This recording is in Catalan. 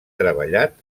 treballat